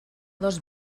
dos